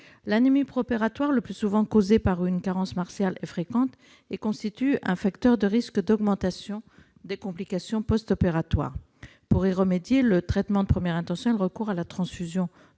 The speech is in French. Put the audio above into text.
L'anémie préopératoire, le plus souvent causée par une carence martiale, est fréquente et constitue un facteur de risque d'augmentation des complications postopératoires. Pour y remédier, le traitement de première intention est le recours à la transfusion